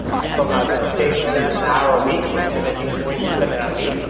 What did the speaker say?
i told him i was gonna save him an hour a week and that he was going to spend it on me.